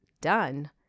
Done